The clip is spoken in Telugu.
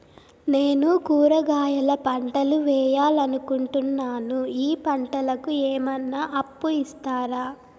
నేను కూరగాయల పంటలు వేయాలనుకుంటున్నాను, ఈ పంటలకు ఏమన్నా అప్పు ఇస్తారా?